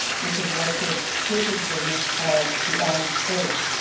which has led to a catering business called the orange plate.